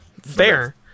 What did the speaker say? Fair